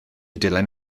dylan